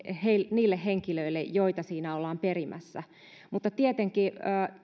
niille henkilöille joilta siinä ollaan perimässä mutta tietenkin